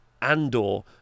Andor